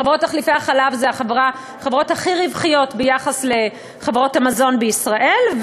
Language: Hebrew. חברות תחליפי החלב הן החברות הכי רווחיות בין חברות המזון בישראל,